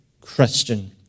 Christian